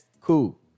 cool